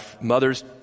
Mothers